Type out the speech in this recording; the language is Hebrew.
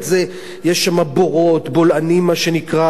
יש שמה בורות, בולענים מה שנקרא.